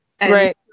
Right